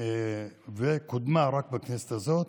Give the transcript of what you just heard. והיא קודמה רק בכנסת הזאת,